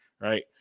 right